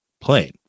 plane